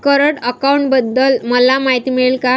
Current अकाउंटबद्दल मला माहिती मिळेल का?